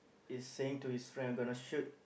is saying to his friend I'm gonna shoot